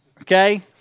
okay